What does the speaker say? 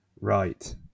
Right